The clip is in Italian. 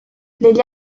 negli